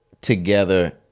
together